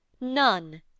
None